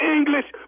English